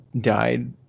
died